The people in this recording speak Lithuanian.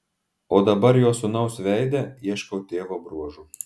o dabar jo sūnaus veide ieškau tėvo bruožų